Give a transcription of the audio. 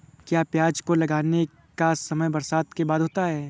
क्या प्याज को लगाने का समय बरसात के बाद होता है?